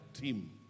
team